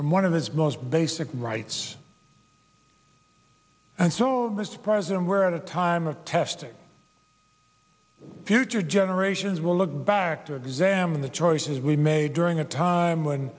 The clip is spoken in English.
from one of his most basic rights and so mr president we're at a time of testing future generations will look back to examine the choices we made during a time when